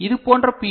இது போன்ற பி